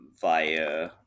via